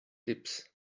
tips